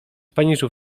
paniczów